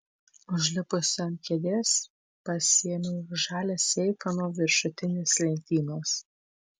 užlipusi ant kėdės pasiėmiau žalią seifą nuo viršutinės lentynos